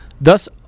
thus